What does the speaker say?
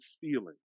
feeling